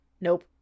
Nope